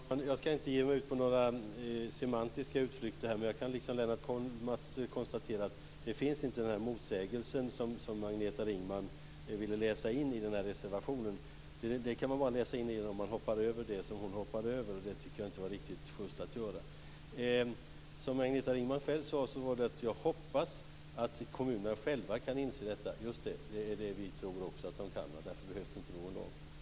Fru talman! Jag ska inte ge mig ut på några semantiska utflykter, men jag kan liksom Lennart Kollmats konstatera att den motsägelse som Agneta Ringman ville läsa in i reservationen inte finns. Den kan man bara läsa in om man hoppar över det som hon hoppade över, och det tyckte jag inte var riktigt schyst att göra. Agneta Ringman sade att hon hoppas att kommunerna själva kan inse vad de ska göra. Just det. Det är det också vi tror att de kan. Därför behövs det inte någon lag.